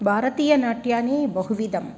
भारतीयनाट्यानि बहु विधम्